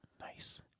Nice